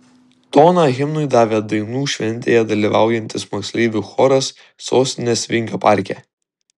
toną himnui davė dainų šventėje dalyvaujantis moksleivių choras sostinės vingio parke